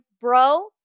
bro